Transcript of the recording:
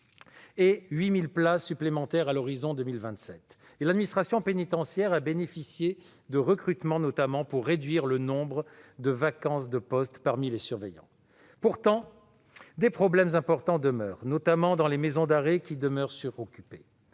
de 8 000 places supplémentaires à l'horizon de 2027. En outre, l'administration pénitentiaire a bénéficié de recrutements, notamment pour réduire le nombre de vacances de postes parmi les surveillants. Pourtant, des problèmes importants demeurent, notamment dans les maisons d'arrêt, qui restent suroccupées.